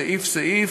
סעיף-סעיף,